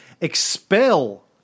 expel